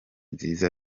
nziza